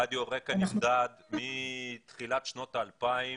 רדיו רק"ע נמדד מתחילת שנות ה-2000,